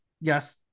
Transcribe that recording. yes